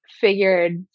figured